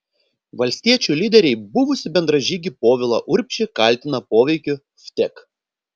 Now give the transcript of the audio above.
valstiečių lyderiai buvusį bendražygį povilą urbšį kaltina poveikiu vtek